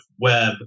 Web